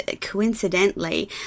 coincidentally